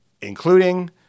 including